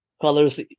colors